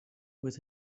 with